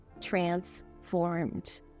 transformed